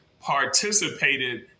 participated